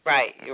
Right